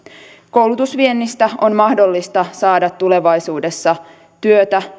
koulutusviennistä on mahdollista saada tulevaisuudessa työtä